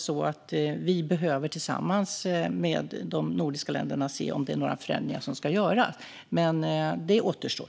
Sedan behöver vi tillsammans med de andra nordiska länderna se om några förändringar ska göras. Men det återstår.